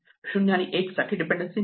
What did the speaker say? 0 आणि 1 साठी डिपेंडेन्सी नाही